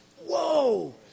whoa